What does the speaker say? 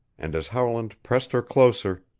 and as howland pressed her closer,